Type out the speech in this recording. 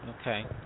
Okay